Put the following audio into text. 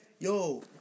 Yo